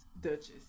Duchess